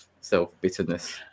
self-bitterness